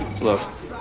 Look